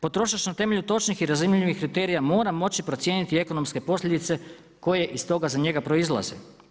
Potrošač na temelju točnih i razumljivih kriterija mora moći procijeniti ekonomske posljedice koje iz toga za njega proizlaze.